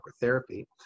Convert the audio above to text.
Therapy